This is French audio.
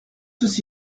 aussi